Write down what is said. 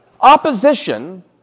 opposition